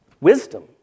wisdom